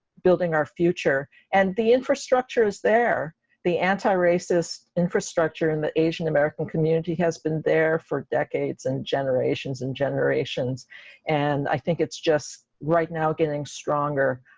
building our future and the infrastructure is there the anti-racist infrastructure in the asian american community has been there for decades and generations and generations and i think it's just right now getting stronger.